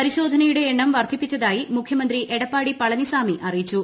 പരിശോധനയുടെ എണ്ണം വർദ്ധിപ്പിച്ചതായി മുഖ്യമന്ത്രി എടപ്പാടി പളനിസാമി അറിയിച്ചു